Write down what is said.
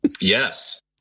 yes